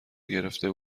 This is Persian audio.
گرفته